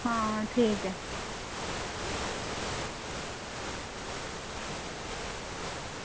आं ठीक ऐ